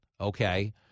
okay